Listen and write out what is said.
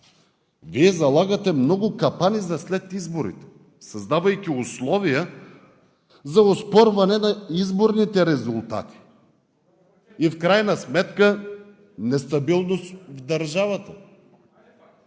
Вие залагате много капани за след изборите, създавайки условия за оспорване на изборните резултати и в крайна сметка нестабилност в държавата.